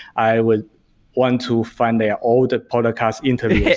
i would want to find their old podcast interviews.